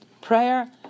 prayer